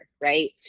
right